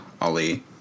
Ali